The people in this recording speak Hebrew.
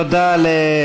תודה רבה.